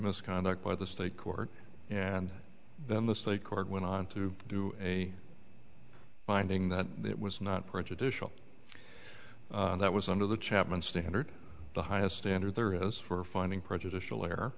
misconduct by the state court and then the state court went on to do a finding that it was not prejudicial that was under the chapman standard the highest standard there is for finding prejudicial